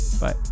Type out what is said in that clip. Bye